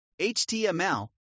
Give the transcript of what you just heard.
HTML